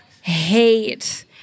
hate